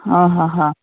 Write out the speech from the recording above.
ಹಾಂ ಹಾಂ ಹಾಂ